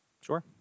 Sure